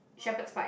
shepard's pie